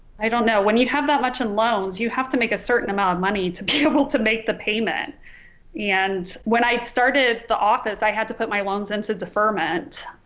i don't know when you'd have that much in loans you have to make a certain amount of money to be able to make the payment and when i started the office i had to put my loans into deferment